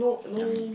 Xiaomi